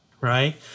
right